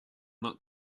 not